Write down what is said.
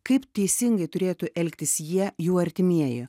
kaip teisingai turėtų elgtis jie jų artimieji